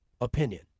opinion